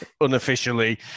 unofficially